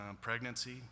pregnancy